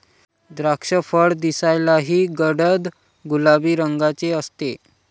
द्राक्षफळ दिसायलाही गडद गुलाबी रंगाचे असते